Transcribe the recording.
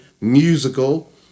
musical